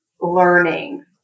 learning